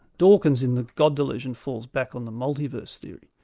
dawkins in the god delusion falls back on the multi-verse theory.